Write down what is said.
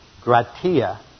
gratia